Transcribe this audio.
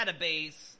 database